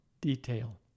detail